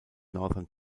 northern